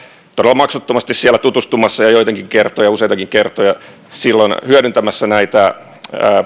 todella maksuttomasti tutustumassa ja joitakin kertoja useitakin kertoja hyödyntämässä näitä